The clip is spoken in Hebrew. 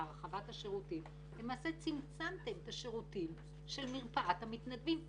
להרחבת השירותים אבל למעשה צמצמתם את השירותים של מרפאת המתנדבים.